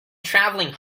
travelling